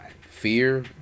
fear